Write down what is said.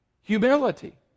Humility